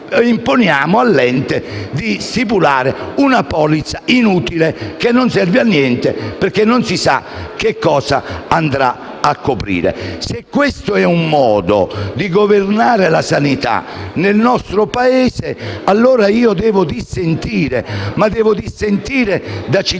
imponiamo all'ente di stipulare una polizza inutile, che non serve a niente, perché non si sa cosa andrà a coprire. Se questo è un modo di governare la sanità nel nostro Paese, allora io devo dissentire, da cittadino